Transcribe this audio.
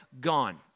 gone